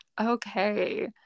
okay